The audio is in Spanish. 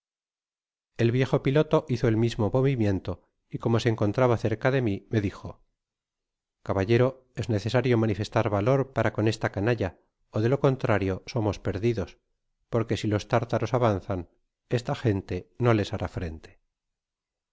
el viejo piloto hizo ea mismo movimiento y como se encontraba cerca de mi me dijo caballero es necesario manifestar valor para con esta canalla ó de lo contrario somos perdidos porque si iostártaros avanzan esta gente no les hará frente